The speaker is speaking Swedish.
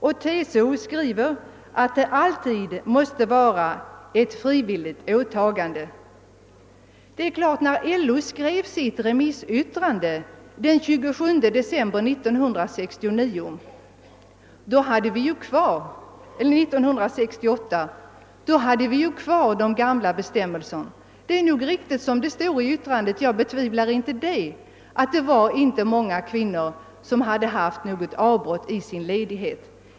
TCO skriver att det alltid måste vara ett frivilligt åtagande. När LO avgav sitt remissyttrande den 27 december 1968 hade vi kvar de gamla bestämmelserna. Det är nog riktigt som det stod i yttrandet — jag betvivlar inte det — att det inte var många kvinnor som haft något avbrott i sin ledighet.